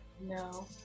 No